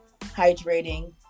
hydrating